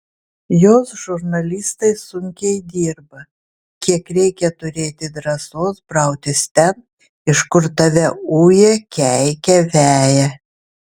jos žurnalistai sunkiai dirba kiek reikia turėti drąsos brautis ten iš kur tave uja keikia veja